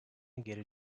geri